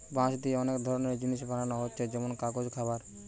বাঁশ দিয়ে অনেক ধরনের জিনিস বানানা হচ্ছে যেমন কাগজ, খাবার